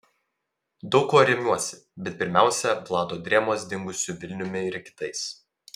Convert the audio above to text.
daug kuo remiuosi bet pirmiausia vlado drėmos dingusiu vilniumi ir kitais